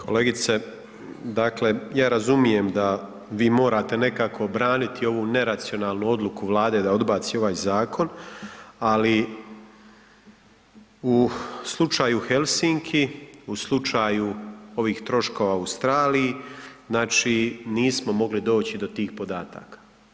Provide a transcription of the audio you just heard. Kolegice, dakle ja razumijem da vi morate kako braniti ovu neracionalnu odluku Vlade da odbaci ovaj zakon, ali u slučaju Helsinki, u slučaju ovih troškova u Australiji, znači nismo mogli doći do tih podataka.